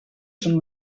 són